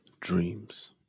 dreams